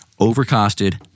Overcosted